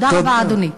תודה רבה, אדוני.